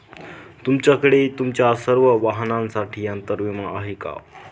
तुमच्याकडे तुमच्या सर्व वाहनांसाठी अंतर विमा आहे का